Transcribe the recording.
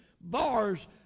bars